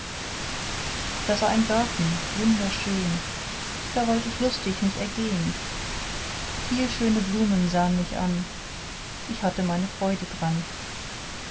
das war ein garten wunderschön da wollte ich lustig mich ergehn viel schöne blumen sahn mich an ich hatte meine freude dran